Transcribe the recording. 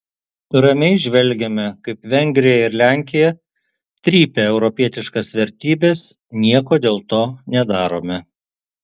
ramiai žvelgiame kaip vengrija ir lenkija trypia europietiškas vertybes nieko dėl to nedarome